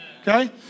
okay